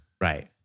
Right